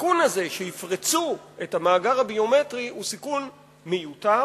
הסיכון הזה שיפרצו את המאגר הביומטרי הוא סיכון מיותר,